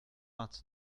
vingt